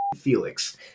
Felix